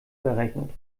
berechnet